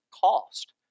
cost